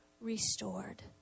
restored